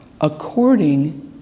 according